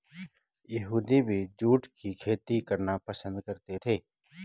यहूदी भी जूट की खेती करना पसंद करते थे